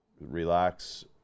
relax